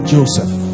Joseph